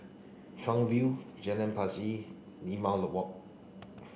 Chuan View Jalan Pacheli Limau Walk